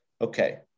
Okay